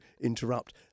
interrupt